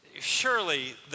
surely